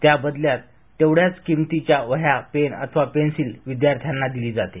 त्या बदल्यात तेवढ्याच किंमतीच्या वह्या पेन अथवा पेन्सिल विद्यार्थ्यांना दिल्या जाते